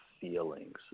feelings